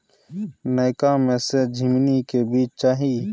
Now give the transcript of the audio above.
नयका में से झीमनी के बीज चाही?